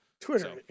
Twitter